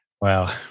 Wow